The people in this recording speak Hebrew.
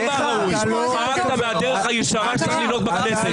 ----- חרגת מהדרך הישרה שצריך לנהוג בכנסת.